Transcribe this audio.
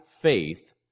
faith